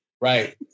right